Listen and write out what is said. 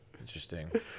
Interesting